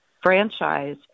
franchise